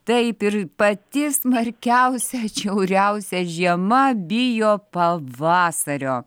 taip ir pati smarkiausia atšiauriausia žiema bijo pavasario